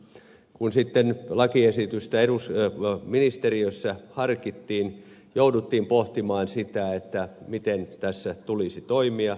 kun sitten lakiesitystä ministeriössä harkittiin jouduttiin pohtimaan sitä miten tässä tulisi toimia